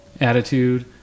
attitude